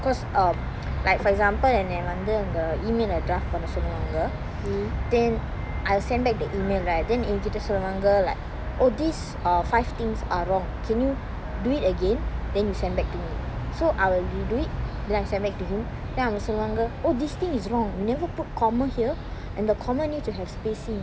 cause um like for example என்னய வந்து அந்த:ennaya vanthu antha email ah draft பண்ண சொல்லுவாங்க:panna solluvanga then I'll send back the email right then ஏங்கிட்ட சொல்லுவாங்க:engitta solluvanga like oh these err five things are wrong can you do it again then you send back to me so I will redo it then I send back to him then அவங்க சொல்லுவாங்க:avanga solluvanga oh this thing is wrong you never put comma here and the comma needs to have spacing